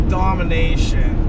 domination